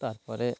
তার পরে